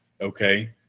Okay